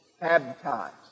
baptized